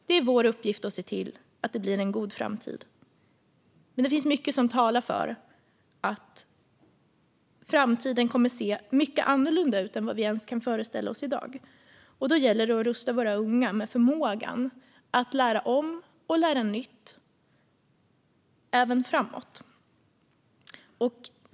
Det är vår uppgift att se till att det blir en god framtid, men det finns mycket som talar för att framtiden kommer att se mycket annorlunda ut än vi ens kan föreställa oss i dag. Då gäller det att vi rustar våra unga med förmågan att lära om och lära nytt även framåt.